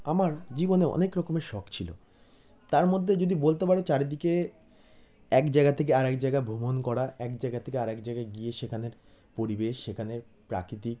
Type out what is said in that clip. আমার জীবনে অনেক রকমের শখ ছিল তার মধ্যে যদি বলতে পারে চারিদিকে এক জায়গা থেকে আরেক জায়গা ভ্রমণ করা এক জায়গা থেকে আরেক জায়গায় গিয়ে সেখানের পরিবেশ সেখানের প্রাকৃতিক